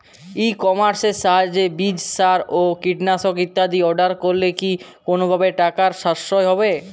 ই কমার্সের সাহায্যে বীজ সার ও কীটনাশক ইত্যাদি অর্ডার করলে কি কোনোভাবে টাকার সাশ্রয় হবে?